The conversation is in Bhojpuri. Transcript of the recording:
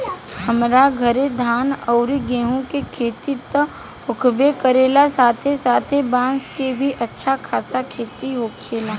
हमरा घरे धान अउरी गेंहू के खेती त होखबे करेला साथे साथे बांस के भी अच्छा खासा खेती होखेला